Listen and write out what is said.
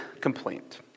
complaint